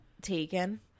taken